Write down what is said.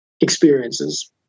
experiences